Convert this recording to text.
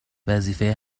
وظیفه